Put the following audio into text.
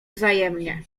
wzajemnie